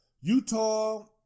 Utah